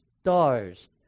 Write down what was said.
stars